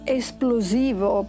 esplosivo